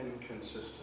inconsistent